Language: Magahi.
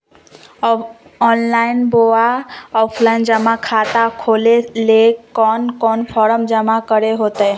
ऑनलाइन बोया ऑफलाइन जमा खाता खोले ले कोन कोन फॉर्म जमा करे होते?